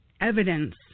evidence